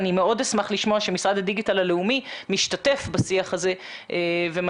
אני מאוד אשמח לשמוע שמשרד הדיגיטל הלאומי משתתף בשיח הזה ומנגיש